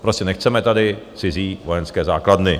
Prostě nechceme tady cizí vojenské základny.